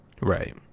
Right